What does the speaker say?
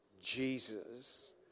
Jesus